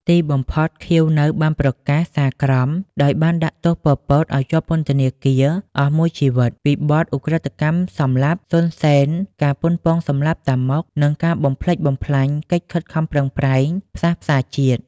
ទីបំផុត ខៀវ នៅ បានប្រកាសសាលក្រមដោយបានដាក់ទោស ប៉ុល ពត ឱ្យជាប់ពន្ធនាគារអស់មួយជីវិតពីបទឧក្រិដ្ឋសម្លាប់ សុន សេន ការប៉ុនប៉ងសម្លាប់តាម៉ុក និងការបំផ្លិចបំផ្លាញកិច្ចខិតខំប្រឹងប្រែងផ្សះផ្សាជាតិ។